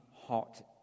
hot